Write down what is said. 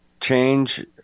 change